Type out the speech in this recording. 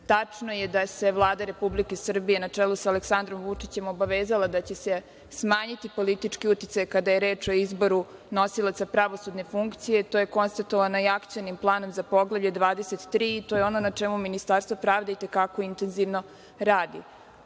je da se Vlada Republike Srbije, na čelu sa Aleksandrom Vučićem, obavezala da će se smanjiti politički uticaj kada je reč o izboru nosilaca pravosudne funkcije. To je konstatovano i Akcionim planom za Poglavlje 23 i to je ono na čemu Ministarstvo pravde itekako intenzivno